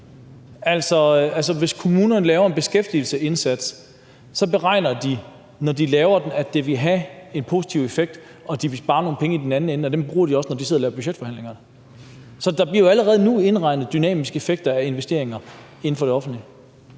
hvis kommunerne laver en beskæftigelsesindsats, beregner de, når de laver den, at det vil have en positiv effekt og de vil spare nogle penge i den anden ende, og dem bruger de også, når de sidder og laver budgetforhandlinger. Så der bliver jo allerede nu indregnet dynamiske effekter af investeringer inden for det offentlige.